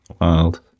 Wild